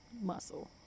muscle